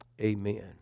amen